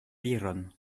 viron